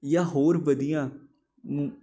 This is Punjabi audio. ਜਾਂ ਹੋਰ ਵਧੀਆ ਨੂੰ